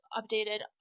updated